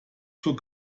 zur